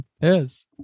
yes